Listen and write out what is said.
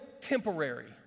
temporary